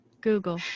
Google